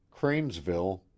Cranesville